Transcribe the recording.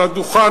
על הדוכן,